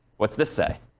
what's this say?